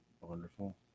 Wonderful